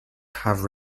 have